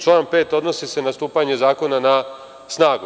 Član 5. odnosi se na stupanje Zakona na snagu.